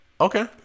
Okay